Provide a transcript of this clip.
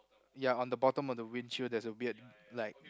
ya on the bottom of the windshield there's a weird like